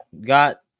got